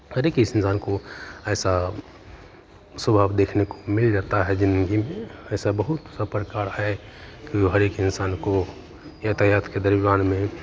हरेक इंसान को ऐसा स्वभाव देखने को मिल जाता है जिंदगी में ऐसा बहुत सा प्रकार है कि हरेक इंसान को यातायात के दरम्यान में